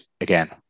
again